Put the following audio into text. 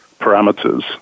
parameters